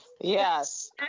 Yes